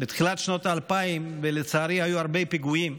בתחילת שנות ה-2000, ולצערי היו הרבה פיגועים,